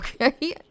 okay